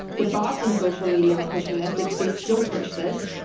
the bots and social media are pushing this. they they still push this.